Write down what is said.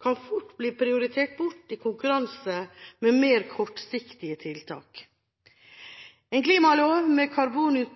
kan fort bli prioritert bort i konkurranse med mer kortsiktige tiltak. En klimalov med